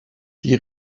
die